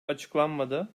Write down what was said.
açıklanmadı